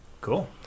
Cool